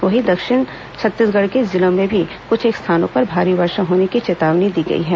वहीं दक्षिण छत्तीसगढ़ के जिलों में भी कुछेक स्थानों पर भारी वर्षा होने की चेतावनी दी गई है